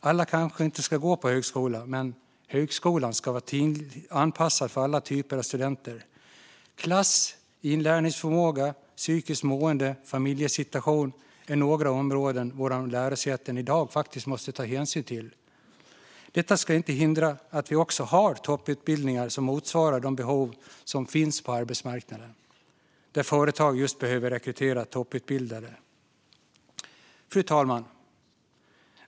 Alla kanske inte ska gå på högskola, men högskolan ska vara anpassad för alla typer av studenter. Klass, inlärningsförmåga, psykiskt mående och familjesituation är några områden som våra lärosäten i dag faktiskt måste ta hänsyn till. Detta ska inte hindra att vi också har topputbildningar som motsvarar de behov som finns på arbetsmarknaden, där företag behöver rekrytera just topputbildade.